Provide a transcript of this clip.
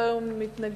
לא היו מתנגדים,